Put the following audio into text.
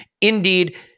Indeed